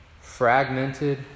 Fragmented